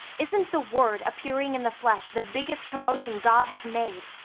isn't the word appearing in the flesh the biggest commotion god has made?